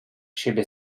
siebie